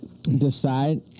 decide